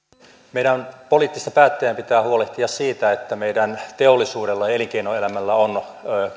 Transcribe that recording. meidän poliittisten päättäjien pitää huolehtia siitä että meidän teollisuudella ja elinkeinoelämällä on